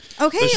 Okay